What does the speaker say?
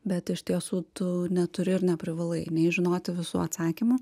bet iš tiesų tu neturi ir neprivalai nei žinoti visų atsakymų